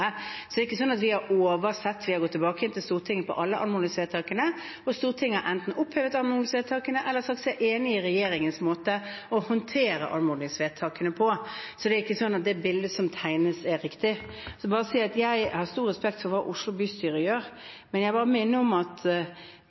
er ikke sånn at vi har oversett det. Vi har gått tilbake til Stortinget med alle anmodningsvedtakene, og Stortinget har enten opphevet anmodningsvedtakene eller sagt seg enig i regjeringens måte å håndtere anmodningsvedtakene på. Det bildet som tegnes, er ikke riktig. Jeg vil bare si at jeg har stor respekt for det Oslo bystyre gjør, men jeg vil minne om at